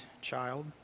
child